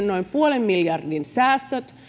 noin puolen miljardin säästöt